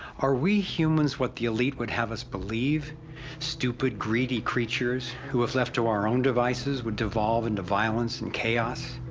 are we humans what the elite would have us believe stupid, greedy creatures, who, if left of our own devices, would devolve into violence and chaos,